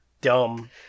Dumb